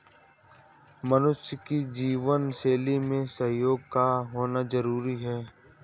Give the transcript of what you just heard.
मनुष्य की जीवन शैली में सहयोग का होना जरुरी है